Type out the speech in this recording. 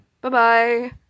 Bye-bye